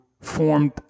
formed